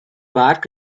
bark